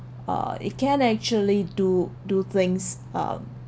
or it can actually do do things uh